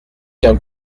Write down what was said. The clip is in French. qu’un